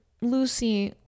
Lucy